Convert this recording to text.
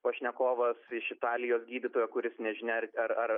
pašnekovas iš italijos gydytojo kuris nežinia ar ar ar